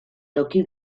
toki